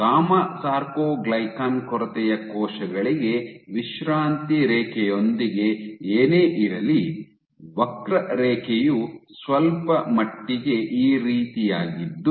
gamma sarcoglycan ಕೊರತೆಯ ಕೋಶಗಳಿಗೆ ವಿಶ್ರಾಂತಿ ರೇಖೆಯೊಂದಿಗೆ ಏನೇ ಇರಲಿ ವಕ್ರರೇಖೆಯು ಸ್ವಲ್ಪಮಟ್ಟಿಗೆ ಈ ರೀತಿಯಾಗಿದ್ದು